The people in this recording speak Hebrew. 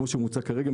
כפי שהוא מוצג כרגע,